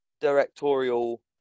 directorial